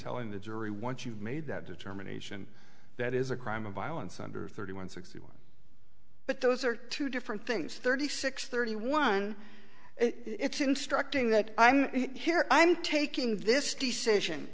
telling the jury once you've made that determination that is a crime of violence under thirty one sixty one but those are two different things thirty six thirty one it's instructing that i'm here i'm taking this decision